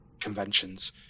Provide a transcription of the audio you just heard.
conventions